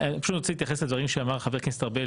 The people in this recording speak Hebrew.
אני רוצה להתייחס לדברים שאמר חבר הכנסת ארבל